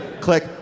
Click